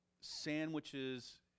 sandwiches